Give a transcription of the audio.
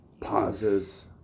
pauses